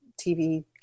TV